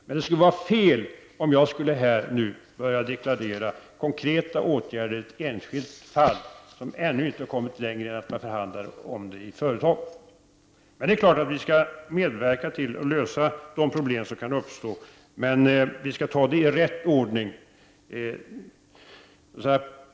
Men det skulle vara fel av mig att nu deklarera konkreta åtgärder i ett enskilt fall, där man ännu inte kommit längre än till att inom företaget diskutera möjligheterna till lösning. Självfallet skall vi medverka till att lösa de problem som kan uppstå, men vi skall ta frågorna i rätt ordning.